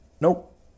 Nope